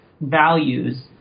values